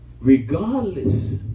regardless